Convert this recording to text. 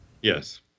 Yes